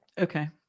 Okay